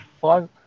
Five